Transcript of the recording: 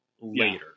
later